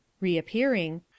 Reappearing